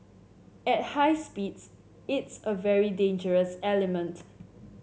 at high speeds it's a very dangerous element